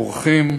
אורחים,